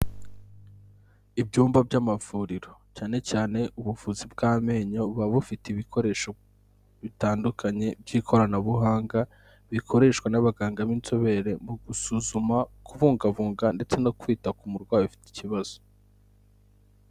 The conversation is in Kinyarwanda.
Ibyumba by'amavuriro, cyane cyane ubuvuzi bw'amenyo buba bufite ibikoresho bitandukanye by'ikoranabuhanga bikoreshwa n'abaganga b'inzobere mu gusuzuma kubungabunga ndetse no kwita ku murwayi ufite ikibazo.